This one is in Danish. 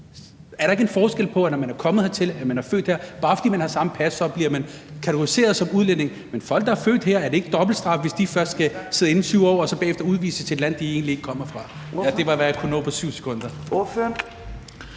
Er der ikke en forskel på, om man er kommet hertil, eller om man er født her? Fordi man ikke har samme pas, bliver man kategoriseret som udlænding, men er det ikke dobbeltstraf for folk, der er født her, hvis de først skal sidde inde i 7 år og så bagefter udvises til et land, de egentlig ikke kommer fra? Det var, hvad jeg kunne nå på 7 sekunder.